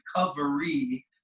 recovery